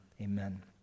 amen